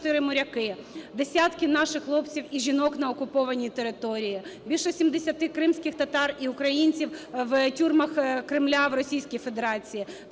десятки наших хлопців і жінок на окупованій території, більше 70 кримських татар і українців в тюрмах Кремля в Російській Федерації.